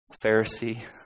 Pharisee